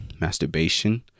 masturbation